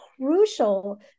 crucial